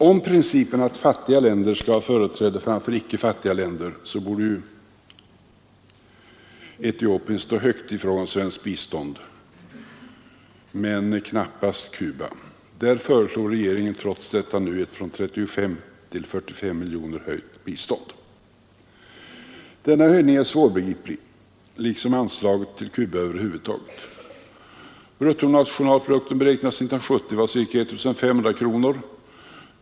Om principen att fattiga länder skall ha företräde framför icke fattiga länder borde Etiopien stå högt i fråga om svenskt bistånd men knappast Cuba. Där föreslår regeringen trots detta ett från 35 miljoner kronor till 45 miljoner kronor höjt bistånd. Denna höjning är svårbegriplig liksom anslaget till Cuba över huvud taget. Bruttonationalprodukten beräknades 1970 vara ca 1 500 kronor.